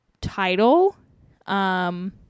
title